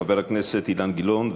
חבר הכנסת אילן גילאון,